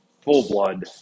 full-blood